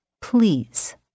Please